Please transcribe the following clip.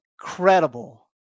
incredible